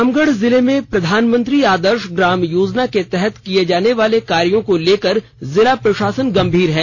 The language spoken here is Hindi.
रामगढ़ जिले में प्रधानमंत्री आदर्श ग्राम योजना के तहत किये जाने वाले कार्यों को लेकर जिला प्रशासन गंभीर है